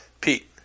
Pete